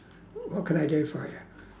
what can I do for you